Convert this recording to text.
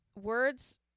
Words